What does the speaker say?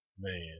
Man